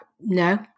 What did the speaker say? no